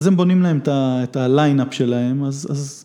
אז הם בונים להם את הליינאפ שלהם, אז...